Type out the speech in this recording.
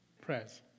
prayers